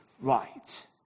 right